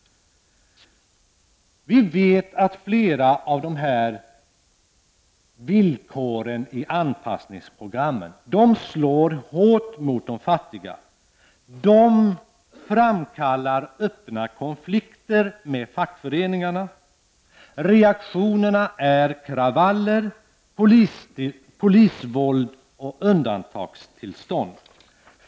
Vi vet att flera av dessa villkor i anpassningsprogrammen slår hårt mot de fattiga och framkallar öppna konflikter med fackföreningarna. Reaktio nerna är kravaller, polisvåld och undantagstillstånd.